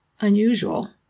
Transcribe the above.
unusual